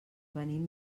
venim